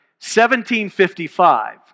1755